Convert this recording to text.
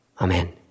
Amen